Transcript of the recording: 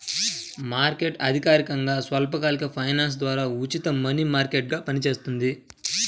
market అధికారికంగా స్వల్పకాలిక finance ద్వారా ఉచిత మనీ మార్కెట్గా పనిచేస్తుంది